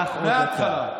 קח עוד דקה.